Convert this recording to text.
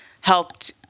helped